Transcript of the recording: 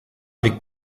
wiegt